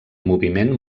moviment